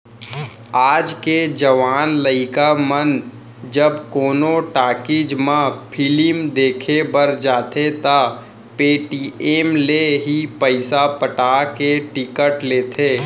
आज के जवान लइका मन जब कोनो टाकिज म फिलिम देखे बर जाथें त पेटीएम ले ही पइसा पटा के टिकिट लेथें